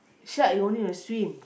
shark you only need to swim